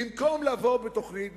במקום לבוא בתוכנית,